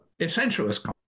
essentialist